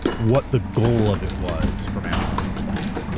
what the goal of it was from amazon's perspective.